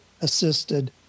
assisted